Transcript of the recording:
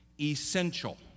essential